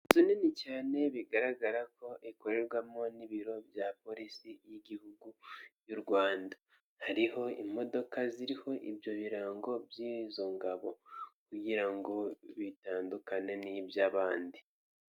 Inzu nini cyane bigaragara ko ikorerwamo n'ibiro bya polisi y'igihugu y'u Rwanda, hariho imodoka ziriho ibyo birango by'izo ngabo kugira ngo bitandukane n'iby'abandi.